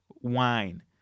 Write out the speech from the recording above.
wine